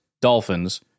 Dolphins